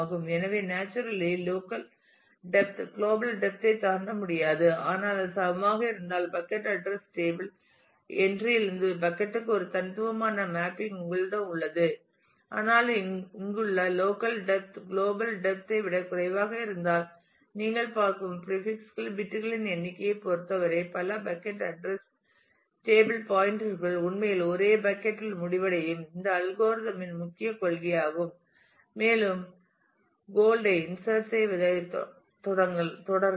எனவே naturally local depth global depth ஐ தாண்ட முடியாது ஆனால் அது சமமாக இருந்தால் பக்கட் அட்ரஸ் டேபிள் என்ட்ரி லிருந்து பக்கட் க்கு ஒரு தனித்துவமான மேப்பிங் உங்களிடம் உள்ளது ஆனால் இங்குள்ள உள்ளூர் டெப்த் குலோபல் டெப்த் ஐ விட குறைவாக இருந்தால் நீங்கள் பார்க்கும் பிரீபிக்ஸ் பிட்களின் எண்ணிக்கையைப் பொறுத்தவரை பல பக்கட் அட்ரஸ் டேபிள் பாயின்டர் கள் உண்மையில் ஒரே பக்கட் யில் முடிவடையும் இது இந்த அல்கோரிதம் இன் முக்கிய கொள்கையாகும் மேலும் கோல்ட் ஐ இன்சர்ட் செய்வதை தொடரலாம்